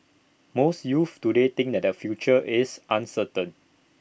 most youths today think that their future is uncertain